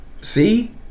see